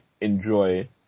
enjoy